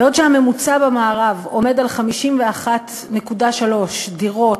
בעוד שהממוצע במערב עומד על 51.3 דירות